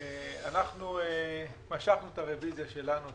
אנחנו משכנו את הרביזיה שלנו,